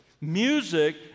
Music